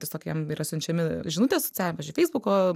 tiesiog jam yra siunčiami žinutės socialinės iš feisbuko